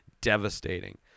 devastating